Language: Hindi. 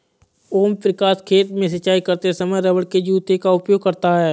ओम प्रकाश खेत में सिंचाई करते समय रबड़ के जूते का उपयोग करता है